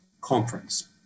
Conference